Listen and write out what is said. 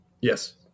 Yes